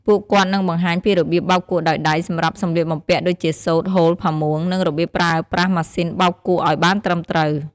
ពួកគាត់នឹងបង្ហាញពីរបៀបបោកគក់ដោយដៃសម្រាប់សម្លៀកបំពាក់ ដូចជាសូត្រ ហូល ផាមួង និងរបៀបប្រើប្រាស់ម៉ាស៊ីនបោកគក់ឲ្យបានត្រឹមត្រូវ។